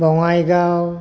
Bongaigaon